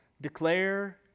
declare